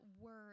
word